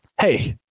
hey